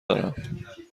دارم